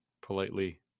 politely